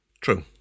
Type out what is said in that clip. True